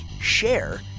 share